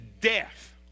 death